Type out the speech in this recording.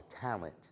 talent